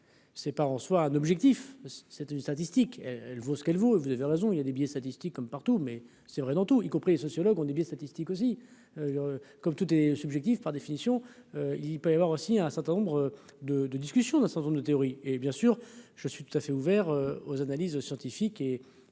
ses parents, soit un objectif c'est une statistique, elle vaut ce qu'elle vous, vous avez raison, il y a des billets statistiques comme partout mais c'est vrai dans tous, y compris sociologues ont dévié statistiques aussi comme tout est subjectif, par définition, il peut y avoir aussi un certain nombre de de discussion d'un certain nombre de théories et bien sûr, je suis tout à fait ouverts aux analyses scientifiques et